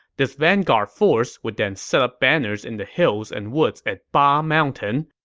this vanguard force would then set up banners in the hills and woods at ba mountain.